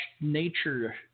nature